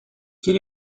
quel